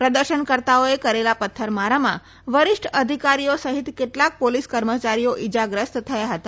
પ્રદર્શનકર્તાઓએ કરેલા પથ્થરમારામાં વરિષ્ઠ અધિકારીઓ સહીત કેટલાક પોલીસ કર્મચારીઓ ઇજાગ્રસ્ત થયા હતા